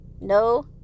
no